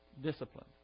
discipline